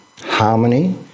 harmony